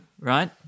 right